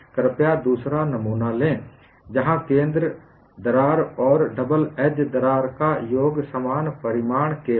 कृपया दूसरा नमूना लें जहां केंद्र दरार और डबल एज दरार का योग समान परिमाण के हों